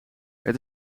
het